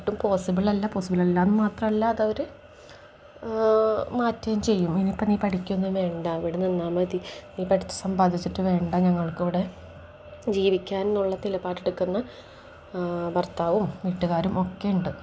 ഒട്ടും പോസിബിളല്ല പോസിബിളല്ലയെന്നു മാത്രമല്ല അതവർ മാറ്റുകയും ചെയ്യും ഇനിയിപ്പം നീ പഠിക്കുകയൊന്നും വേണ്ട ഇവിടെ നിന്നാൽ മതി നീ പഠിച്ചു സമ്പാദിച്ചിട്ടു വേണ്ട ഞങ്ങൾക്ക് ഇവിടെ ജീവിക്കാൻ എന്നുള്ള നിലപാടെടുക്കുന്ന ഭർത്താവും വീട്ടുകാരും ഒക്കെ ഉണ്ട്